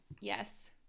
Yes